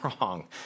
wrong